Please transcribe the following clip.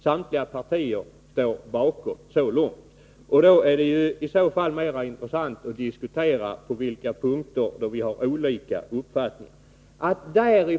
Samtliga partier står bakom det uttalandet. Det är alltså mer intressant att diskutera de punkter där våra uppfattningar går isär.